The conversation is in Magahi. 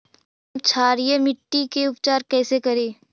हम क्षारीय मिट्टी के उपचार कैसे करी?